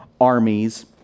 armies